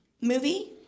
movie